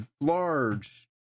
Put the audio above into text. large